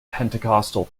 pentecostal